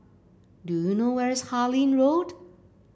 do you know where's Harlyn Road